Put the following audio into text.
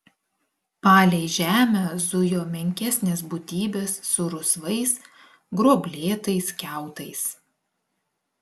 palei žemę zujo menkesnės būtybės su rusvais gruoblėtais kiautais